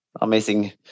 amazing